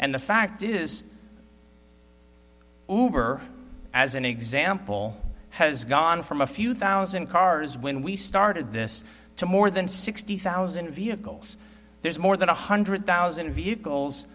and the fact is as an example has gone from a few thousand cars when we started this to more than sixty thousand vehicles there's more than one hundred thousand vehicles